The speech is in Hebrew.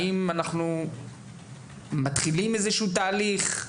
האם אנחנו מתחילים איזשהו תהליך,